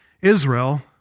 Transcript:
Israel